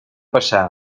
passar